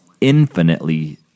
infinitely